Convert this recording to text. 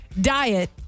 Diet